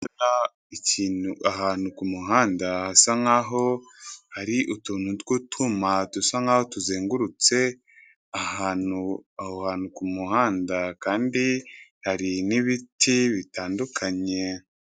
Ikintu ahantu ku muhanda hasa nk'aho hari utuntu tw'utwuma dusa nk'aho tuzengurutse ahantu, aho hantu ku muhanda kandi hari n'ibiti bitandukanye.